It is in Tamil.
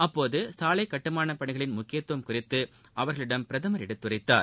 அப்போது சாலை கட்டுமானப் பணிகளின் முக்கியத்துவம் குறித்து அவர்களிடம் பிரதமர் எடுத்துரைத்தார்